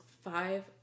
five